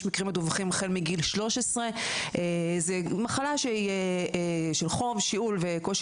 מקרים מדווחים החל מגיל 13. זו מחלה של חום שיעול וקושי